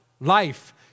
life